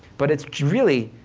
but it's really,